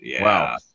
Wow